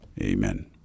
Amen